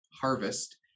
harvest